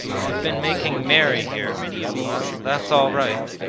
you've been making merry here well, that's all right.